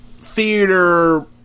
theater